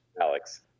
Alex